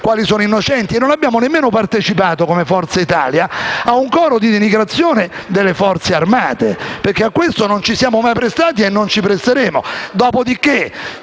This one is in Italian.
quali saranno innocenti. Non abbiamo nemmeno partecipato, come Forza Italia, a un coro di denigrazione delle Forze armate, perché a questo non ci siamo mai prestati e non ci presteremo.